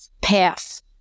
path